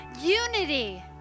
unity